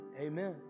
amen